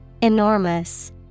Enormous